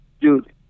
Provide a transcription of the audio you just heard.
dude